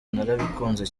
narabikunze